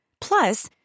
Plus